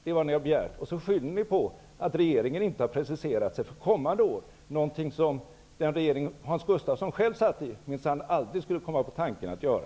Det är vad ni har begärt, och så skyller ni på att regeringen inte har preciserat sig för kommande år, någonting som den regering som Hans Gustafsson själv satt i minsann aldrig skulle kommit på tanken att göra.